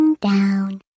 down